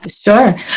Sure